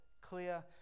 clear